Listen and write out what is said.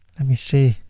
let me see,